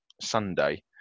Sunday